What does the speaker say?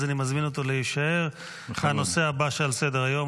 אז אני מזמין אותו להישאר לנושא הבא שעל סדר-היום,